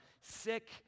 sick